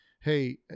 hey